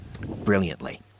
brilliantly